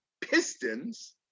Pistons